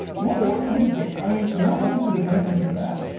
or is it? i mean, neuroscience is advancing pretty fast.